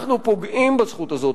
אנחנו פוגעים בזכות הזאת,